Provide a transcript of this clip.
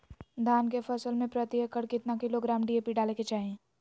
धान के फसल में प्रति एकड़ कितना किलोग्राम डी.ए.पी डाले के चाहिए?